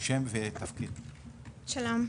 שלום.